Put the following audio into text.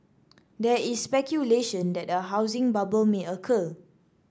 there is speculation that a housing bubble may occur